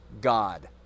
God